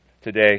Today